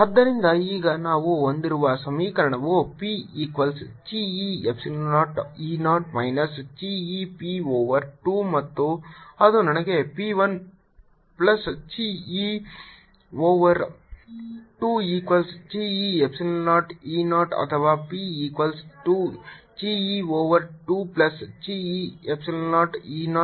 ಆದ್ದರಿಂದ ಈಗ ನಾನು ಹೊಂದಿರುವ ಸಮೀಕರಣವು p equals chi e epsilon 0 E 0 minus chi e p over 2 ಮತ್ತು ಅದು ನನಗೆ p 1 plus chi e over 2 equals chi e Epsilon 0 E 0 ಅಥವಾ p equals 2 chi e over 2 plus chi e epsilon 0 E 0